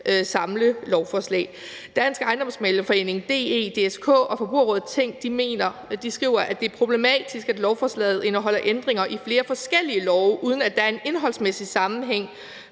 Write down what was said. samlelovforslag. Dansk Ejendomsmæglerforening, DE, DSK og Forbrugerrådet Tænk skriver, at det er problematisk, at lovforslaget indeholder ændringer i flere forskellige love, uden at der er en indholdsmæssig sammenhæng,